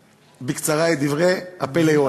בקצרה, את דברי ה"פלא יועץ".